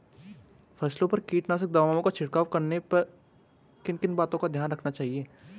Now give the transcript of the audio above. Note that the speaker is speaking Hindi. फसलों में कीटनाशक दवाओं का छिड़काव करने पर किन किन बातों को ध्यान में रखना चाहिए?